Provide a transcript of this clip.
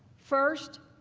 first,